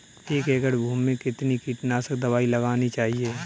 एक एकड़ भूमि में कितनी कीटनाशक दबाई लगानी चाहिए?